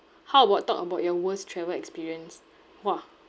how about talk about your worst travel experience !wah!